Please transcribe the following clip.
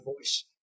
voice